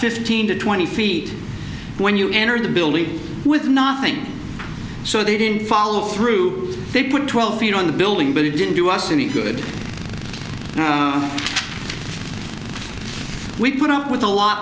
fifteen to twenty feet when you enter the building with nothing so they didn't follow through they put twelve feet on the building but they didn't do us any good we put up with a lot